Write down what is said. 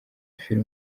film